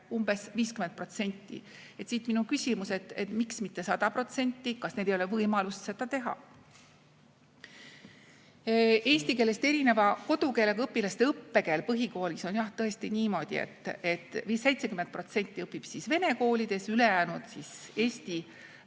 umbes 50%. Siit minu küsimus: miks mitte 100%, kas neil ei ole võimalust seda teha? Eesti keelest erineva kodukeelega õpilaste õppekeel põhikoolis on jah tõesti niimoodi, et 70% õpib vene koolides, ülejäänud eesti